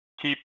keep